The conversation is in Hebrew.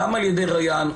גם על ידי ריאן,